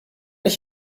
ich